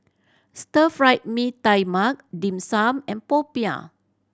Stir Fry Mee Tai Mak Dim Sum and popiah